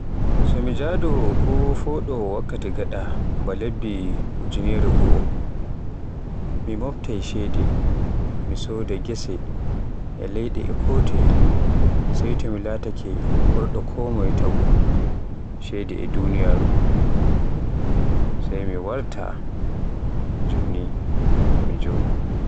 So mi jadowo ko foɗowo wakkati gaɗa ba lebbi ujirere goo, mi mobtay ceede, mi soda gese e leyde e ko toye. Sey to mi laatake ɓurɗo konmoye taagu ceede e duniyaa. Sai mi warta joni mi joɗo.